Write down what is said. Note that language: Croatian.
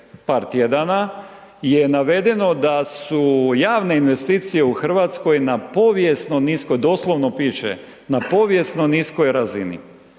par tjedana je navedeno da su javne investicije u RH na povijesno niskoj, doslovno piše, na povijesno niskoj razini.